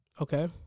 Okay